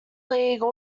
league